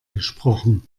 gesprochen